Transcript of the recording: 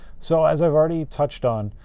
so as i've already touched on,